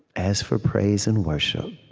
as for praise and worship,